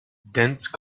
dense